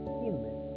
human